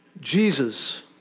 Jesus